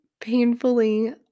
painfully